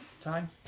Time